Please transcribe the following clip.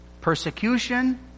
persecution